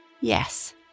Yes